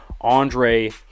Andre